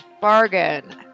Bargain